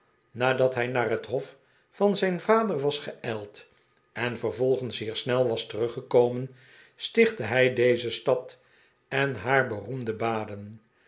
nadat hij naar het hof van zijn vader was geijld en vervolgens hier snel was teruggekomen stichtte hij deze stad en haar beroemde badeh